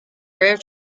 rare